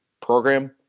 program